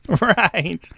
right